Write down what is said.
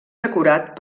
decorat